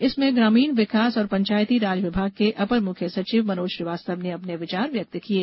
इसमें ग्रामीण विकास और पंचायती राज विभाग के अपर मुख्य सचिव मनोज श्रीवास्तव ने अपने विचार व्यक्त किये